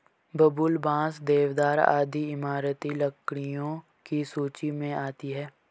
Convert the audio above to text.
बबूल, बांस, देवदार आदि इमारती लकड़ियों की सूची मे आती है